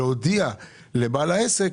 להודיע לבעל העסק